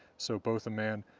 so both a man